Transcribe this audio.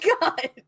God